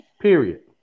Period